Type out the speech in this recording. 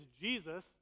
Jesus